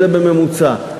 זה בממוצע.